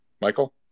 Michael